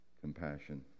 compassion